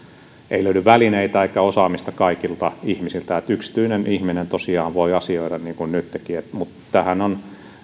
ei löydy välineitä eikä osaamista kaikilta ihmisiltä yksityinen ihminen tosiaan voi asioida niin kuin nytkin mutta tähän on